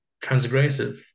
transgressive